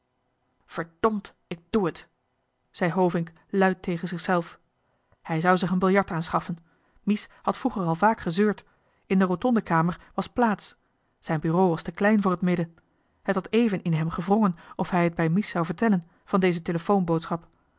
verdomd ik doe t zei hovink luid tegen zichzelf hij zou zich een biljart aanschaffen mies had vroeger al vaak gezeurd in de rotonde kamer was plaats zijn bureau was te klein voor t midden het had even in hem gewrongen of hij het bij mies zou vertellen van deze